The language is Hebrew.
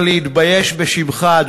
אלא להתבייש בשמך,